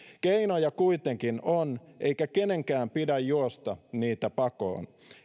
keinoja kuitenkin on eikä kenenkään pidä juosta niitä pakoon